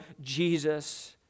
Jesus